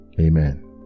Amen